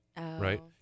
right